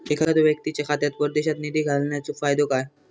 एखादो व्यक्तीच्या खात्यात परदेशात निधी घालन्याचो फायदो काय?